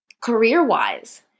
career-wise